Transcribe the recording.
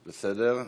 בסדר.